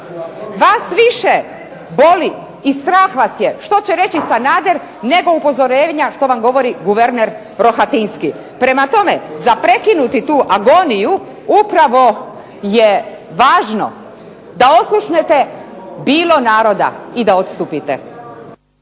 Vas više boli i strah vas je što će reći Sanader, nego upozorenja što vam govori guverner Rohatinski. Prema tome, za prekinuti tu agoniju upravo je važno da oslušnete bilo naroda i da odstupite.